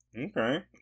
Okay